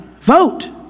Vote